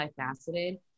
multifaceted